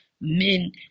men